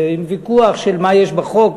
ועם ויכוח של מה יש בחוק,